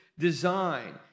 Design